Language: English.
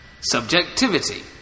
Subjectivity